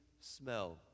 smell